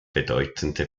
bedeutende